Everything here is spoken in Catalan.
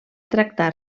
tractar